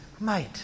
mate